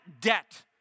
debt